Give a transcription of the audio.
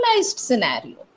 scenario